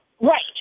Right